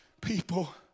people